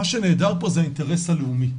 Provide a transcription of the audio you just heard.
מה שנהדר פה זה האינטרס הלאומי.